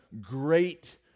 great